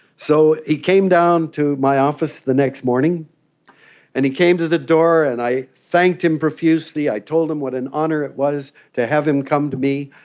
so he came down to my office the next morning and he came to the door and i thanked him profusely, i told him what an honour it was to have him come to me,